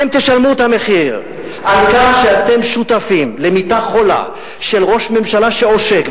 אתם תשלמו את המחיר על כך שאתם שותפים למיטה חולה של ראש ממשלה שעושק.